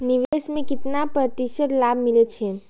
निवेश में केतना प्रतिशत लाभ मिले छै?